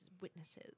witnesses